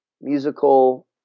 musical